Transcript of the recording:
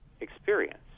experience